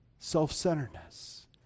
Self-centeredness